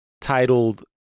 titled